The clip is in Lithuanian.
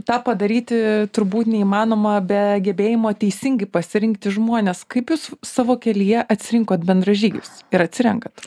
tą padaryti turbūt neįmanoma be gebėjimo teisingai pasirinkti žmones kaip jūs savo kelyje atsirinkot bendražygius ir atsirenkat